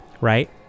right